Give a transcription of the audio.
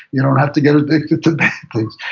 you don't have to get addicted to bad things,